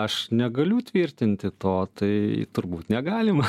aš negaliu tvirtinti to tai turbūt negalima